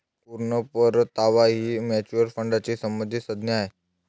पूर्ण परतावा ही म्युच्युअल फंडाशी संबंधित संज्ञा आहे